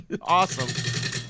Awesome